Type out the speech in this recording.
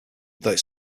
though